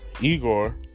Igor